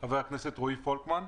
חבר הכנסת רועי פולקמן,